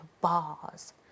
bars